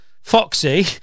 Foxy